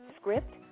script